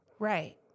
Right